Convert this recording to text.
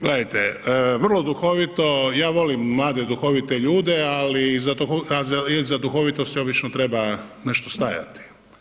Gledajte vrlo duhovito, ja volim mlade duhovite ljude, ali iza duhovitost obično treba nešto stajati.